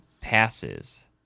passes